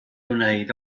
wneud